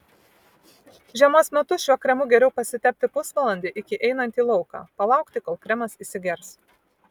žiemos metu šiuo kremu geriau pasitepti pusvalandį iki einant į lauką palaukti kol kremas įsigers